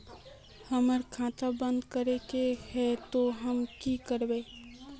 हमर खाता बंद करे के है ते हम की करबे?